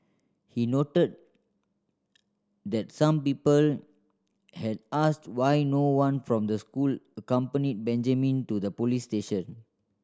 he noted that some people had asked why no one from the school accompanied Benjamin to the police station